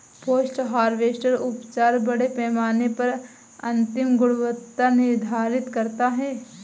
post harvest उपचार बड़े पैमाने पर अंतिम गुणवत्ता निर्धारित करता है